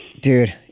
dude